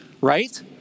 right